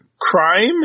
crime